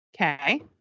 okay